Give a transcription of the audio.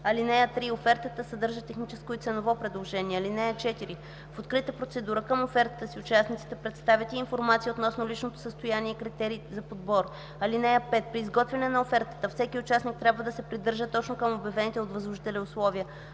(3) Офертата съдържа техническо и ценово предложение. (4) В открита процедура към офертата си участниците представят и информация относно личното състояние и критериите за подбор. (5) При изготвяне на офертата всеки участник трябва да се придържа точно към обявените от възложителя условия.